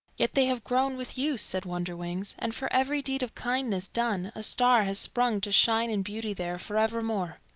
yet they have grown with use, said wonderwings and for every deed of kindness done a star has sprung, to shine in beauty there for evermore.